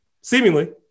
Seemingly